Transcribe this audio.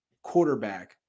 quarterback